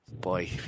boy